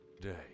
day